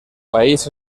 país